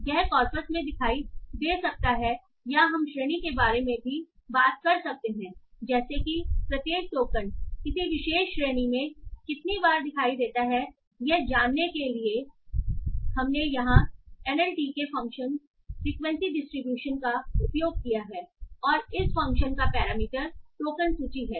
यह कॉर्पस में दिखाई दे सकता है या हम श्रेणी के बारे में भी बात कर सकते हैं जैसे कि प्रत्येक टोकन किसी विशेष श्रेणी में कितनी बार दिखाई देता है यह जानने के लिए कि हमने यहां एनएलटीके फ़ंक्शन फ्रीक्वेंसी डिस्ट्रीब्यूशन का उपयोग किया है और इस फ़ंक्शन का पैरामीटर टोकन सूची है